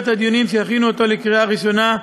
הדיונים שיכינו אותו לקריאה ראשונה,